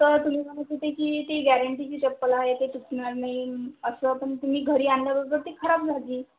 तर तुम्ही म्हणत होते की ती गॅरेंटीची चप्पल आहे काही तुटणार नाही असं पण ती मी घरी आणल्याबरोबर ती खराब झाली